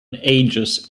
ages